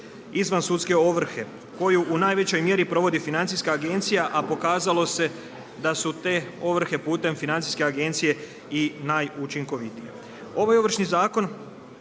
izvansudske ovrhe koju u najvećoj mjeri provodi FINA a pokazalo se da su te ovrhe putem FINA-e i najučinkovitije. Ovaj Ovršni zakon